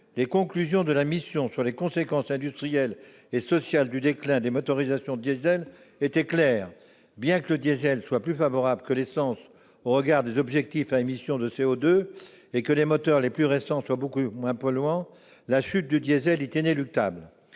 les conclusions de la mission sur les conséquences industrielles et sociales du déclin des motorisations diesel étaient claires :« Bien que le diesel soit plus favorable que l'essence au regard des objectifs d'émission de CO2 et que les moteurs diesel les plus récents soient beaucoup moins polluants [...] la chute du diesel est inéluctable.